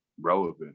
relevant